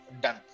done